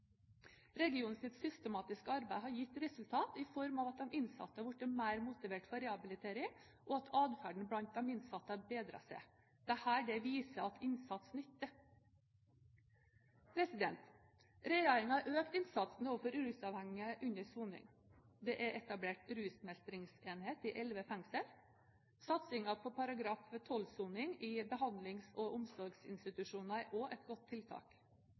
systematiske arbeid har gitt resultater i form av at de innsatte har blitt mer motivert for rehabilitering, og adferden blant de innsatte har bedret seg. Dette viser at innsats nytter. Regjeringen har økt innsatsen overfor rusavhengige under soning. Det er etablert rusmestringsenhet i elleve fengsler. Satsingen på § 12-soning i behandlings- og omsorgsinstitusjoner er også et godt tiltak.